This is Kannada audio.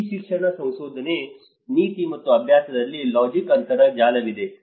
ಈ ಶಿಕ್ಷಣ ಸಂಶೋಧನೆ ನೀತಿ ಮತ್ತು ಅಭ್ಯಾಸದಲ್ಲಿ ಲಾಜಿಕ್ ಅಂತರ ಜಾಲವಿದೆ